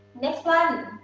next one,